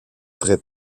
vrais